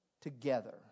together